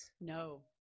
No